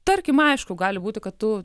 tarkim aišku gali būti kad tu